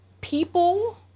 People